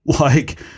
Like-